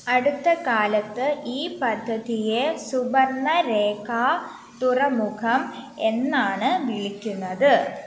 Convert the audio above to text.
അടുത്ത കാലത്ത് ഈ പദ്ധതിയെ സുബർണ രേഖാ തുറമുഖം എന്നാണ് വിളിക്കുന്നത്